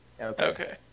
Okay